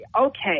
Okay